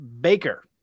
Baker